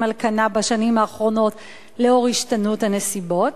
על כנה בשנים האחרונות לאור השתנות הנסיבות?